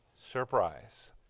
Surprise